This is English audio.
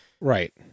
Right